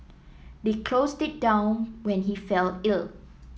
they closed it down when he fell ill